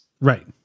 Right